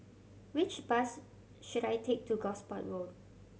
which bus should I take to Gosport Road